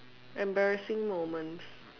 embarrassing moments